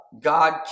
God